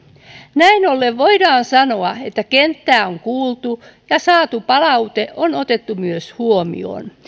näin ollen voidaan sanoa että kenttää on kuultu ja saatu palaute on otettu myös huomioon